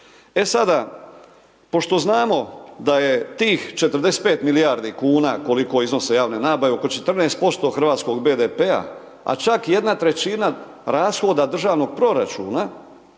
E sada, pošto znamo da je tih 45 milijardi kuna koliko iznose javne nabave oko 14% hrvatskog BDP-a a čak 1/3 rashoda državnog proračuna,